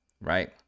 right